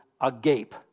agape